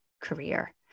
career